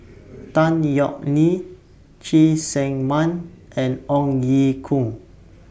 Tan Yeok Nee Cheng Tsang Man and Ong Ye Kung